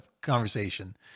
conversation